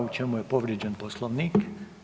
U čemu je povrijeđen Poslovnik?